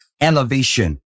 elevation